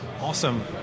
awesome